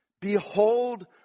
Behold